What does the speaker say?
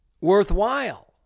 worthwhile